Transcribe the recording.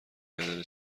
کردن